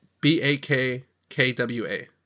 B-A-K-K-W-A